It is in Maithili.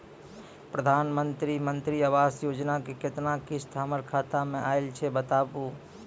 प्रधानमंत्री मंत्री आवास योजना के केतना किस्त हमर खाता मे आयल छै बताबू?